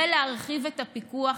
ולהרחיב את הפיקוח,